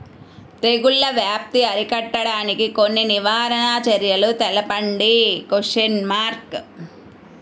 తెగుళ్ల వ్యాప్తి అరికట్టడానికి కొన్ని నివారణ చర్యలు తెలుపండి?